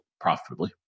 profitably